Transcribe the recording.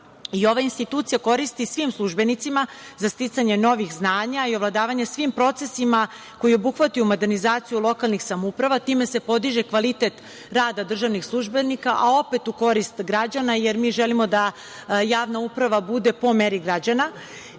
Ova institucija koristi svim službenicima za sticanje novih znanja i ovladavanje svim procesima koji obuhvataju modernizaciju lokalnih samouprava. Time se podiže kvalitet rada državnih službenika, a opet u korist građana, jer mi želimo da javna uprava bude po meri građana